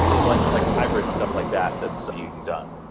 so like like hybrid stuff like that that's being done.